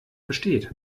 versteht